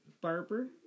barber